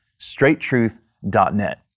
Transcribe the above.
straighttruth.net